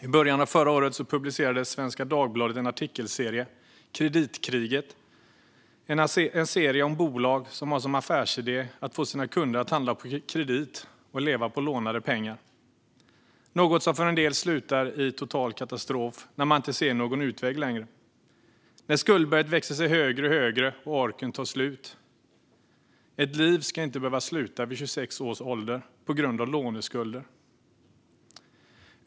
I början av förra året publicerade Svenska Dagbladet en artikelserie, Kreditkriget , om bolag som har som affärsidé att få sina kunder att handla på kredit och leva på lånade pengar, något som för en del slutar i total katastrof när man inte ser någon utväg längre. Skuldberget växer sig högre och högre och orken tar slut. Ett liv ska inte behöva sluta vid 26 års ålder på grund av låneskulder.